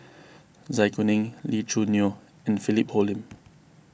Zai Kuning Lee Choo Neo and Philip Hoalim